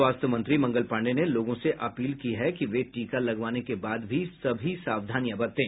स्वास्थ्य मंत्री मंगल पांडेय ने लोगों से अपील की है कि वे टीका लगवाने के बाद भी सभी सावधानियां बरतें